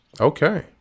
Okay